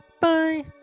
Bye